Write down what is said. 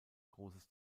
großes